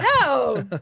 no